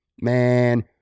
man